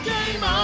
Game